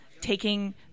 taking